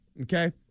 Okay